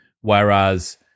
Whereas